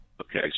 Okay